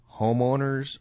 homeowners